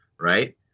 right